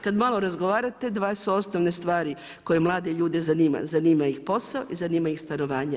Kad malo razgovarate dvije su osnovne stvari koje mlade ljude zanima – zanima ih posao i zanima ih stanovanje.